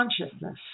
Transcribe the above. consciousness